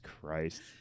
Christ